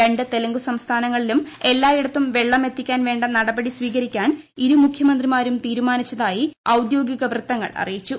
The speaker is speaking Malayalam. രണ്ട് തെലുങ്കു സംസ്ഥാനങ്ങളിലും എല്ലായിടത്തും വെള്ളം എത്തിക്കാൻ വേണ്ട നടപടി സ്വീകരിക്കാൻ ഇരു മുഖ്യമന്ത്രിമാരും തീരുമാനിച്ചതായി ഔദ്യോഗിക വൃത്തങ്ങൾ അറിയിച്ചു